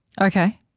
Okay